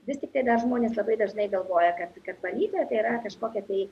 vis tik tai dar žmonės labai dažnai galvoja kad kad valytoja tai yra kažkokia tai